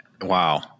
Wow